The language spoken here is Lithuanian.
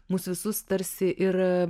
mus visus tarsi ir